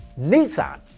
Nissan